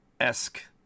esque